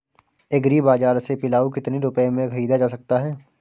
Agree बाजार से पिलाऊ कितनी रुपये में ख़रीदा जा सकता है?